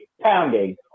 pounding